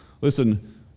Listen